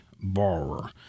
borrower